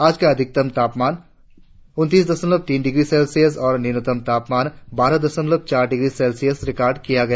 आज का अधिकतम तापमान उनतीस दशमलव तीन डिग्री सेल्सियस और न्यूनतम तापमान बारह दशमलव चार डिग्री सेल्सियस रिकार्ड किया गया